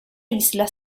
isla